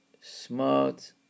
smart